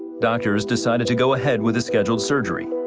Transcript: doctors decided to go ahead with the scheduled surgery.